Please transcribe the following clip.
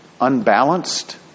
unbalanced